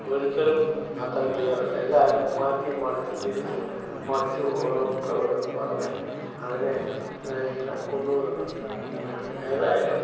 ഒരുത്തരും അത്ര ക്ലിയർ അല്ല എല്ലാവരും മാറ്റിയും മറിച്ചും തിരിച്ചും മറിച്ചും ഒക്കെ ഓരോന്ന് പറഞ്ഞ് അതിനെ ഇങ്ങനെ കൊണ്ടുപോകുന്നുണ്ട് ഏതായാലും